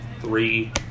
three